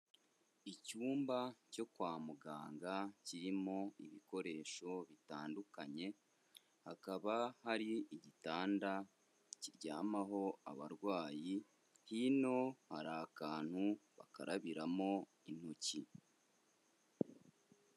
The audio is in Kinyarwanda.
Icyumba cyo kwa muganga, kirimo ibikoresho bitandukanye, hakaba hari igitanda kiryamaho abarwayi, hino hari akantu bakarabiramo intoki.